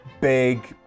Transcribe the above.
big